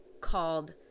called